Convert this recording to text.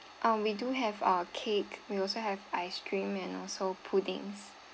uh we do have our cake we also have ice cream and also puddings